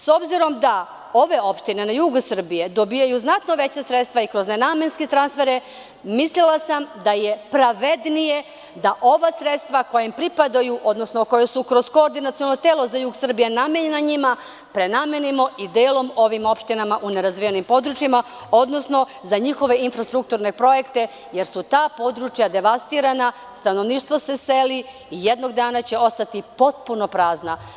S obzirom da ove opštine na jugu Srbije dobijaju znatno veća sredstva kroz nenamenske transfere, mislila sam da je pravednije da ova sredstva, koja im pripadaju, odnosno koje su kroz Koordinaciono telo za jug Srbije namenjena njima, prenamenimo i delom ovim opštinama u nerazvijenim područjima, odnosno za njihove infrastrukturne projekte, jer su ta područja devastirana, stanovništvo se seli i jednog dana će ostati potpuno prazna.